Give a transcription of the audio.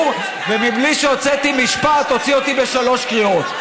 ובלי שהוצאתי משפט הוציא אותי בשלוש קריאות.